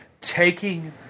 taking